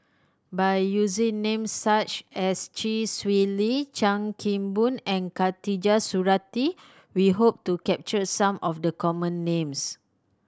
by using names such as Chee Swee Lee Chan Kim Boon and Khatijah Surattee we hope to capture some of the common names